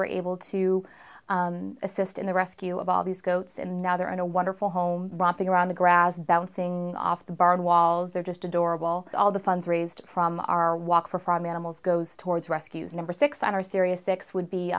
were able to assist in the rescue of all these goats and now they're in a wonderful home romping around the grass bouncing off the barn walls they're just adorable all the funds raised from our walk for farm animals goes towards rescues number six are serious six would be